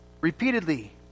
Repeatedly